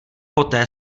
poté